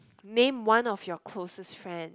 name one of your closest friend